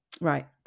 right